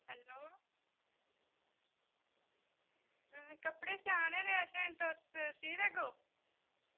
hello कपड़े सिआने न असैं तुस सी देगो